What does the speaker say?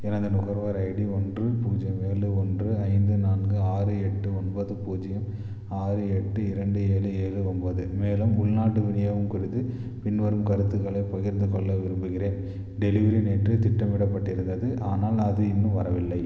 எனது நுகர்வோர் ஐடி ஒன்று பூஜ்ஜியம் ஏழு ஒன்று ஐந்து நான்கு ஆறு எட்டு ஒன்பது பூஜ்ஜியம் ஆறு எட்டு இரண்டு ஏழு ஏழு ஒன்போது மேலும் உள்நாட்டு விநியோகம் குறித்து பின்வரும் கருத்துகளைப் பகிர்ந்துக் கொள்ள விரும்புகின்றேன் டெலிவரி நேற்று திட்டமிடப்பட்டிருந்தது ஆனால் அது இன்னும் வரவில்லை